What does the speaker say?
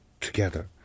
together